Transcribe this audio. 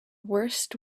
worst